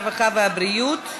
הרווחה והבריאות.